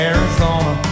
Arizona